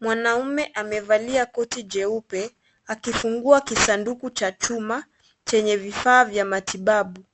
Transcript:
Mwanaume amevalia koti jeupe akifungua kisanduku cha chuma chenye vifaa vya matibabu ,